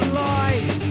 lies